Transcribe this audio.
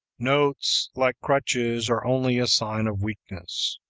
notes, like crutches, are only a sign of weakness.